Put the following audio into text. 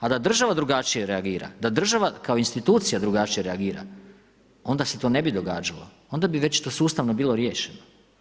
A da država drugačije reagira, da država kao institucija drugačije reagira onda se to ne bi događalo, onda bi već to sustavno bilo riješeno.